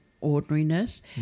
ordinariness